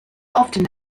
often